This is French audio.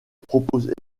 propose